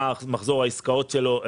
מה מחזור העסקאות שלו,